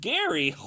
Gary